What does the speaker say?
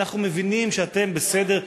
אנחנו מבינים שאתם בסדר.